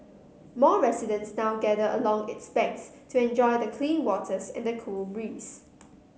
more residents now gather along its banks to enjoy the clean waters and the cool breeze